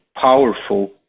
powerful